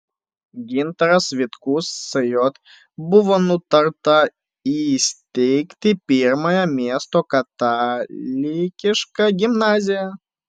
gintaras vitkus sj buvo nutarta įsteigti pirmąją miesto katalikišką gimnaziją